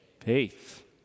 faith